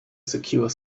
secure